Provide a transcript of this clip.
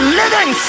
living